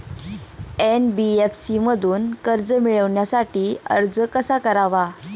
NBFC मधून कर्ज मिळवण्यासाठी अर्ज कसा करावा?